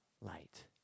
light